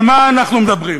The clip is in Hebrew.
על מה אנחנו מדברים?